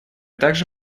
также